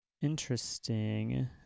Interesting